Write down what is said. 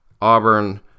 auburn